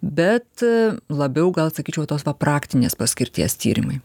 bet labiau gal sakyčiau tos va praktinės paskirties tyrimai